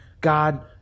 God